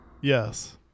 Yes